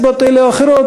מסיבות אלה או אחרות,